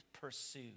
pursue